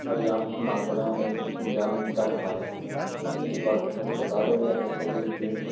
पर्याप्त मात्रा में इंजाम कर पाएं इस वक्त अस्पतालों में अत्यधिक भीड़